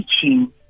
teaching